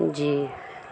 جی